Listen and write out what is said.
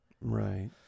Right